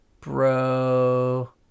Bro